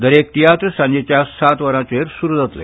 दरेक तियात्र सांजेच्या सात वरांचेर सुरू जातलो